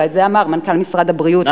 ואת זה אמר מנכ"ל משרד הבריאות,